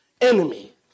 enemy